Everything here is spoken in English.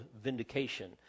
vindication